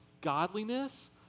godliness